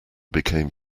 became